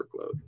workload